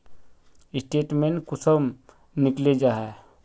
Statement कुंसम निकले जाहा?